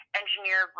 engineer